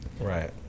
Right